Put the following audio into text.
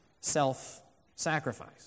self-sacrifice